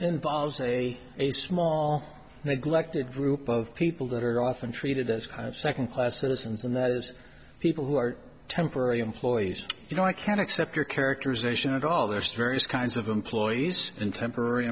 involves a a small neglected group of people that are often treated as second class citizens and those people who are temporary employees you know i can accept your characterization at all there's various kinds of employees in temporary